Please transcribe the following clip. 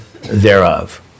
thereof